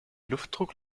luftdruck